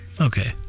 Okay